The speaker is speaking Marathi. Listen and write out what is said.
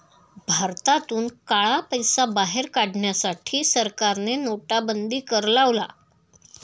भारतातून काळा पैसा बाहेर काढण्यासाठी सरकारने नोटाबंदी कर लावला